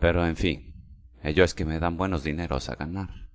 pero en fin ello es que me dan buenos dineros a ganar